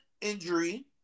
injury